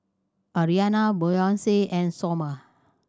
Arianna Boyce and Somer